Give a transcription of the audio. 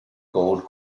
gold